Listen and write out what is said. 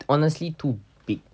honestly too big